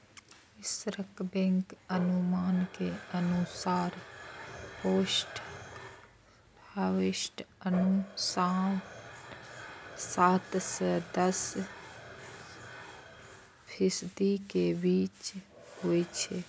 विश्व बैंकक अनुमान के अनुसार पोस्ट हार्वेस्ट नुकसान सात सं दस फीसदी के बीच होइ छै